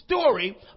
story